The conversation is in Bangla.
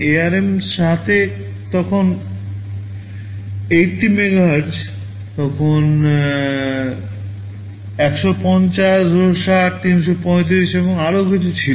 ARM 7 এ তখন 80 মেগাহার্টজ তখন 150 260 335 এবং আরও কিছু ছিল